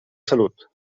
salut